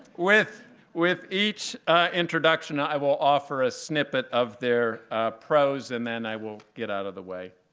with with each introduction, i will offer a snippet of their prose. and then i will get out of the way.